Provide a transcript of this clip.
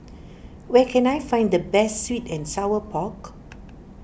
where can I find the best Sweet and Sour Pork